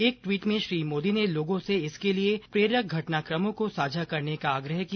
एक ट्वीट में श्री मोदी ने लोगों से इसके लिए प्रेरक घटनाक़मों को साझा करने का आग्रह किया